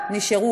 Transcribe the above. נשאר?